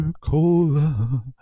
Cola